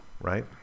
Right